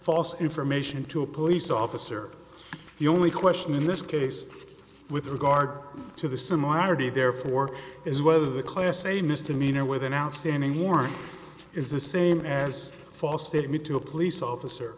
false information to a police officer the only question in this case with regard to the similarity therefore is whether the class a misdemeanor with an outstanding warrant is the same as false statement to a police officer